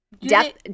Depth